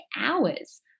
hours